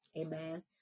amen